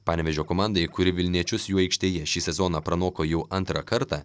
panevėžio komandai kuri vilniečius jų aikštėje šį sezoną pranoko jau antrą kartą